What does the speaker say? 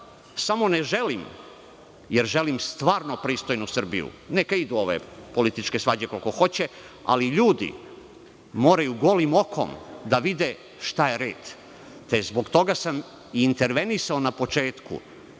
samo ne želim, jer želim stvarno pristojnu Srbiju. Neka idu ove političe svađe koliko hoće, ali ljudi moraju golim okom da vide šta je red, te sam zbog toga intervenisao na početku.